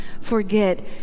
forget